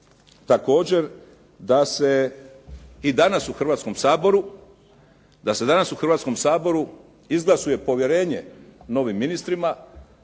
također da se i danas u Hrvatskom saboru izglasuje povjerenje novim ministrima.